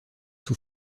sous